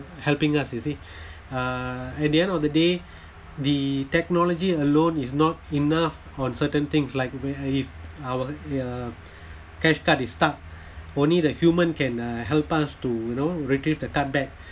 helping us you see uh at the end of the day the technology alone is not enough on certain things like where if our uh cash card is stuck only the human can uh help us to you know retrieve the card back